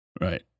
right